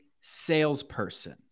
salesperson